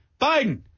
Biden